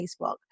Facebook